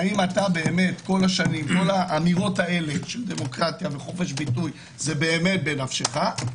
האם כל האמירות האלה של דמוקרטיה וחופש ביטוי זה באמת בנפשך,